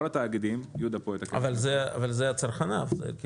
אבל זה צרכניו.